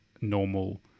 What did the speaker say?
normal